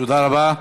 תודה רבה.